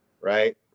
right